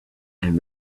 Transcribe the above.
and